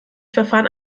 verfahren